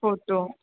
photo